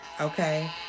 okay